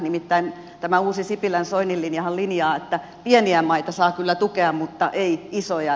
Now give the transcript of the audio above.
nimittäin tämä uusi sipilänsoinin linjahan linjaa että pieniä maita saa kyllä tukea mutta ei isoja